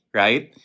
right